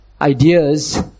ideas